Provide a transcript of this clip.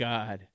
God